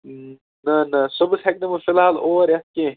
نَہ نَہ صُبحس ہیٚکہٕ نہٕ بہٕ فی الحال اوٗر یِتھ کیٚنٛہہ